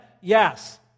Yes